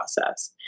process